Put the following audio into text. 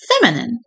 feminine